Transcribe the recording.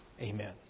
Amen